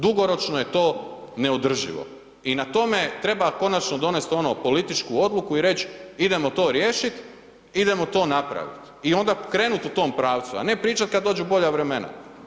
Dugoročno je to neodrživo i na tome treba konačno donest ono političku odluku i reć idemo to riješit, idemo to napravit i onda krenut u tom pravcu, a ne pričat kad dođu bolja vremena.